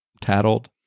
tattled